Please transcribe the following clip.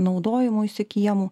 naudojimuisi kiemų